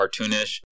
cartoonish